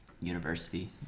university